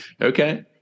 okay